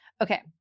Okay